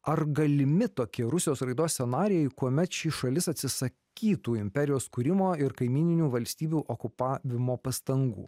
ar galimi tokie rusijos raidos scenarijai kuomet ši šalis atsisakytų imperijos kūrimo ir kaimyninių valstybių okupavimo pastangų